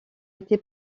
été